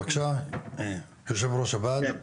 בבקשה, יושב ראש הוועד.